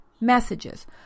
messages